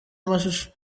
mashusho